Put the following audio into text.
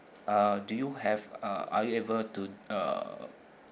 uh do you have uh are you able to uh